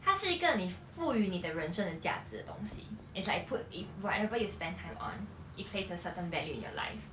它是一个你赋予你的人生的价值的东西 it's like put in whatever you spend time on it face a certain value in your life